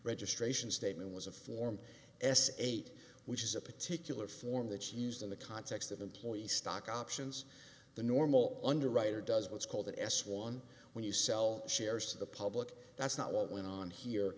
registration statement was a form s eight which is a particular form that you used in the context of employee stock options the normal underwriter does what's called the s one when you sell shares to the public that's not what went on here